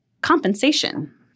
compensation